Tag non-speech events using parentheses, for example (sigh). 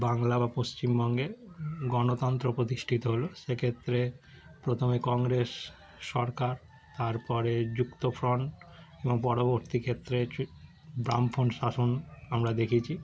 বাংলা বা পশ্চিমবঙ্গে গণতন্ত্র প্রতিষ্ঠিত হলো সেক্ষেত্রে প্রথমে কংগ্রেস সরকার তার পরে যুক্ত ফ্রন্ট এবং পরবর্তী ক্ষেত্রে (unintelligible) বামফ্রন্ট শাসন আমরা দেখেছি